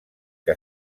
què